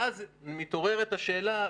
ואז מתעוררת השאלה,